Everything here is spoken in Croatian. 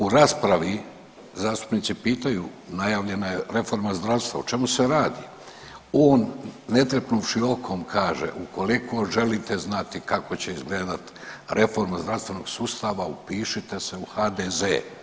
U raspravi zastupnici pitaju najavljena je reforma zdravstva, o čemu se radi, on … široko kaže ukoliko želite znati kako će izgledati reforma zdravstvenog sustava upišite se u HDZ.